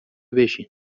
بشین